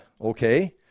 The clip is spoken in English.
Okay